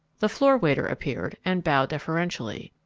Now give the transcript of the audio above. the floor waiter appeared and bowed deferentially.